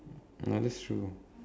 ya that's true